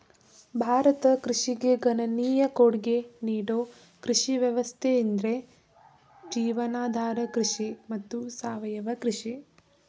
ಭಾರತ ಕೃಷಿಗೆ ಗಣನೀಯ ಕೊಡ್ಗೆ ನೀಡೋ ಕೃಷಿ ವ್ಯವಸ್ಥೆಯೆಂದ್ರೆ ಜೀವನಾಧಾರ ಕೃಷಿ ಮತ್ತು ಸಾವಯವ ಕೃಷಿ